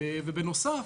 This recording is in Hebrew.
בנוסף,